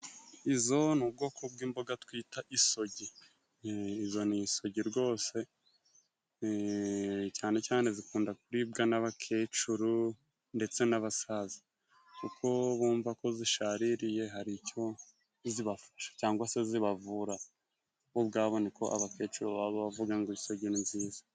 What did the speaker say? Izo ni ubwoko bw'imboga twita isogi. Izo ni isogi rwose, cyane cyane zikunda kuribwa n'abakecuru ndetse n'abasaza. Kuko bumva ko zishaririye, hari icyo zibafasha cyangwa se zibavura, ubwabo niko abakecuru baba bavuga ngo isogi ni nziza.